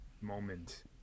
moment